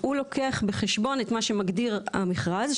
הוא לוקח בחשבון את מה שמגדיר המכרז,